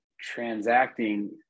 transacting